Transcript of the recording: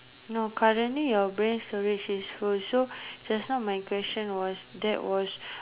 no currently your brain storage is full so just now my question was that was